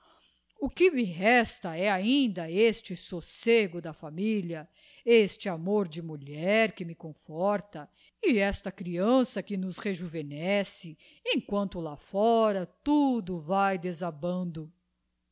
o que me resta é ainda este socego da família este amor de mulher que me conforta e esta creança que nos rejuvenesce emquanto lá fora tudc vae desabando